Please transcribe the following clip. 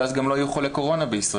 ואז גם לא יהיו חולי קורונה בישראל.